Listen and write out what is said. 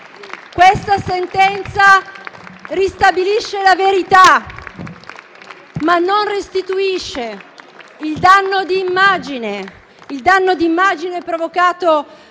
Questa sentenza ristabilisce la verità, ma non restituisce il danno di immagine provocato